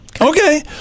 Okay